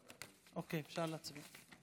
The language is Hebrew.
אוקיי, אפשר להצביע.